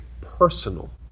personal